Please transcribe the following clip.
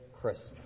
Christmas